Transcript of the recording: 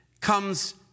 comes